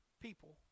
people